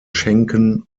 schenken